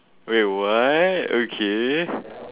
wait what okay